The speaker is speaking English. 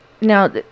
Now